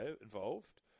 involved